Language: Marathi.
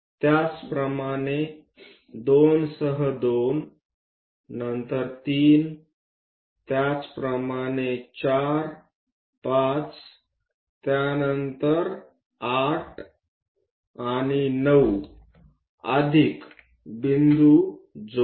त्याचप्रमाणे 2 सह 2 नंतर 3 त्याचप्रमाणे 4 5 त्यानंतर 8 आणि 9 अधिक बिंदूं जोडा